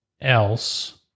else